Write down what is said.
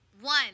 one